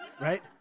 right